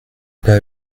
pas